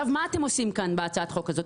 מה אתם עושים כאן בהצעת החוק הזאת?